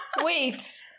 wait